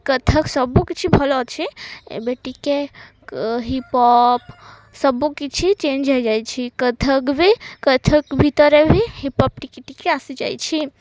କଥକ ସବୁ କିଛି ଭଲ ଅଛି ଏବେ ଟିକେ ହିପ୍ ହପ୍ ସବୁକିଛି ଚେଞ୍ଜ ହେଇଯାଇଛି କଥକ ବି କଥକ ଭିତରେ ବି ହିପ୍ ହପ୍ ଟିକେ ଟିକେ ଆସିଯାଇଛି